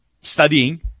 studying